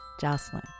Jocelyn